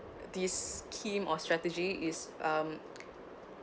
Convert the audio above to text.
this scheme or strategy is um